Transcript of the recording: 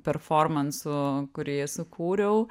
performansu kurį sukūriau